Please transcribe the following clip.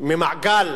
מהמעגל